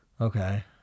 Okay